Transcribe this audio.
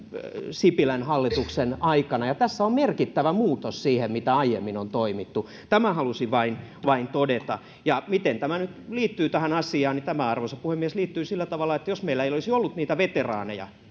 sipilän hallituksen aikana tässä on merkittävä muutos siihen miten aiemmin on toimittu tämän halusin vain todeta ja miten tämä nyt liittyy tähän asiaan tämä arvoisa puhemies liittyy sillä tavalla että jos meillä ei olisi ollut niitä veteraaneja